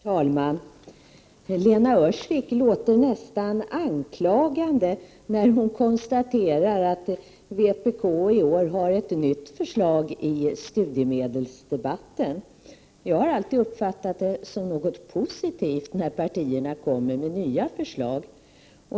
Herr talman! Lena Öhrsvik låter nästan anklagande när hon konstaterar att vpk i år kommer med ett nytt förslag i studiemedelsdebatten. Jag har alltid uppfattat det som något positivt när partierna kommer med nya förslag.